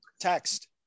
Text